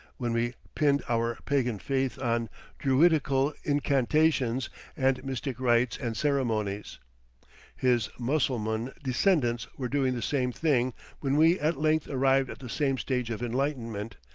when we pinned our pagan faith on druidical incantations and mystic rites and ceremonies his mussulman descendants were doing the same thing when we at length arrived at the same stage of enlightenment,